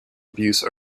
abuse